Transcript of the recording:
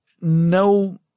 No